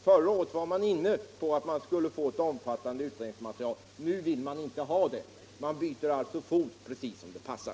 Förra året var de inne på att vi skulle få ett omfattande utredningsmaterial, nu vill de inte ha det. De byter alltså fot precis som det passar.